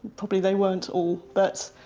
probably they weren't all, but,